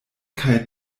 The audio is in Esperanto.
kaj